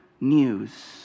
news